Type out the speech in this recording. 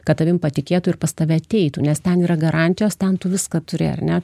kad tavimi patikėtų ir pas tave ateitų nes ten yra garantijos ten tu viską turi ar ne